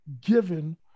given